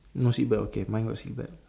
no seat belt okay mine got seat belt